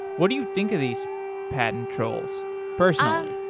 what do you think of these patent trolls personally?